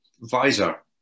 visor